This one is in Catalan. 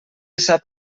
sap